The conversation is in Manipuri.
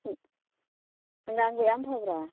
ꯍꯪꯒꯥꯝꯒ ꯌꯥꯝ ꯐꯕ꯭ꯔꯣ